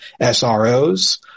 SROs